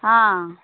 ହଁ